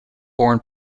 born